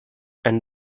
and